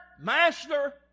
Master